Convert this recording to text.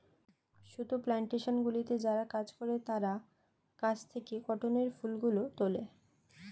সুতো প্ল্যানটেশনগুলিতে যারা কাজ করে তারা গাছ থেকে কটনের ফুলগুলো তোলে